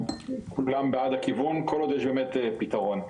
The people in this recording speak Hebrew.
כולם בעד הכיוון כל עוד יש באמת פתרון.